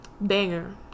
banger